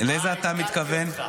לאיזו אתה מתכוון?